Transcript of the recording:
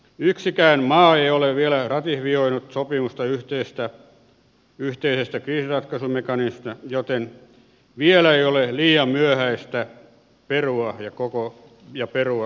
yksikään maa ei ole vielä ratifioinut sopimusta yhteisestä kriisinratkaisumekanismista joten vielä ei ole liian myöhäistä perua koko asia